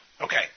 Okay